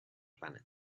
planet